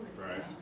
Right